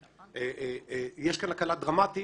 יש כאן הקלה דרמטית.